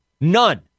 none